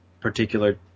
particular